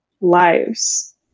lives